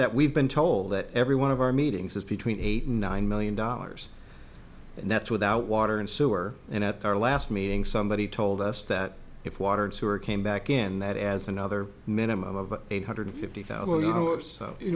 that we've been told that every one of our meetings is between eight and nine million dollars and that's without water and sewer and at our last meeting somebody told us that if water and sewer came back in that as another minimum of eight hundred fifty thousand or so you